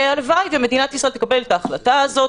הלוואי שמדינת ישראל תקבל את ההחלטה הזאת.